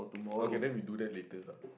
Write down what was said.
okay then we do that later